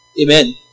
Amen